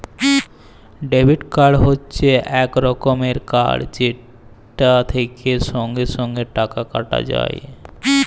debit card হচ্যে এক রকমের কার্ড যেটা থেক্যে সঙ্গে সঙ্গে টাকা কাটা যায়